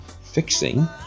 fixing